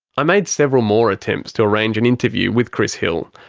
i made several more attempts to arrange an interview with chris hill,